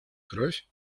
кровь